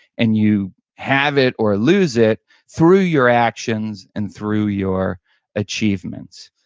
and you have it or lose it through your actions and through your achievements.